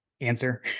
answer